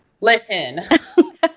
Listen